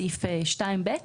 סעיף 2(ב),